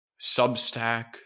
Substack